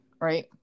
Right